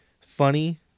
Funny